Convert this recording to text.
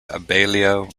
abellio